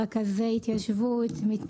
רכזי התיישבות.